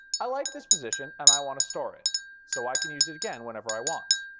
i like this position, and i want to store it so i can use it again whenever i want.